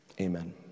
Amen